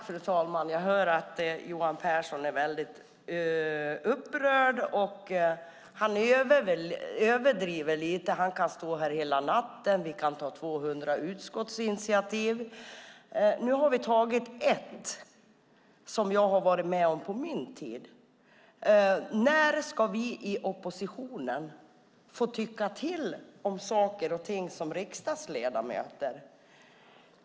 Fru talman! Jag hör att Johan Pehrson är väldigt upprörd och överdriver lite. Han kan stå här hela natten, och vi kan ta 200 utskottsinitiativ. Nu har vi tagit ett, som jag har varit med om under min tid. När ska vi i oppositionen få tycka till om saker och ting som riksdagsledamöter?